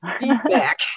feedback